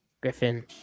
Griffin